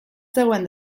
zegoen